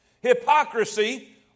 hypocrisy